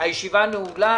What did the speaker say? הישיבה נעולה.